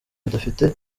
bidafite